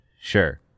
Sure